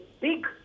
big